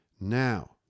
Now